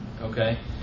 Okay